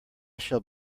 shall